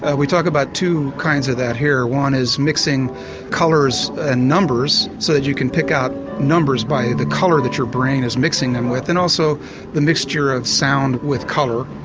ah we talk about two kinds of that here one is mixing colours and ah numbers so that you can pick up numbers by the colour that your brain is mixing them with and also the mixture of sound with colour.